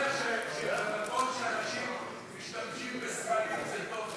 אני רק אומר שבמקום שאנשים משתמשים בסמלים זה טוב,